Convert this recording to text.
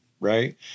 Right